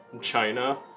China